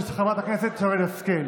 של חברת הכנסת שרן השכל.